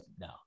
no